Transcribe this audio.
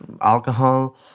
alcohol